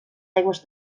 aigües